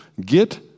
get